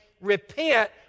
repent